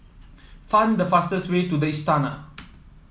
find the fastest way to the Istana